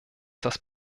das